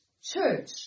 church